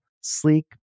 sleek